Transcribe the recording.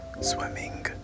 Swimming